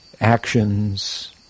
actions